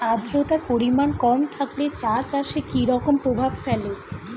আদ্রতার পরিমাণ কম থাকলে চা চাষে কি রকম প্রভাব ফেলে?